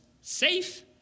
Safe